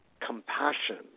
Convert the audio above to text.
compassion